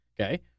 Okay